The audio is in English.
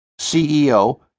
CEO